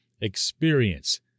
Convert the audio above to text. experience